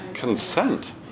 consent